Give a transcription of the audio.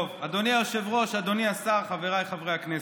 אדוני היושב-ראש, אדוני השר, חבריי חברי הכנסת,